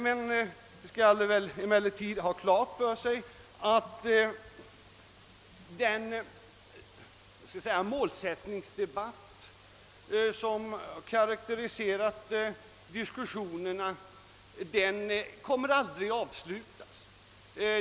Man skall emellertid ha klart för sig att den målsättningsdebatt som karakteriserat diskussionerna aldrig kommer att avslutas.